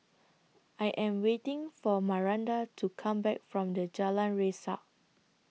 I Am waiting For Maranda to Come Back from The Jalan Resak